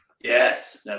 Yes